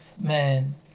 man